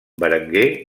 berenguer